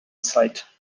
site